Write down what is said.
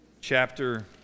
chapter